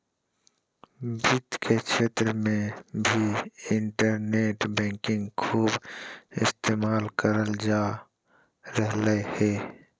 वित्त के क्षेत्र मे भी इन्टरनेट बैंकिंग खूब इस्तेमाल करल जा रहलय हें